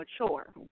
mature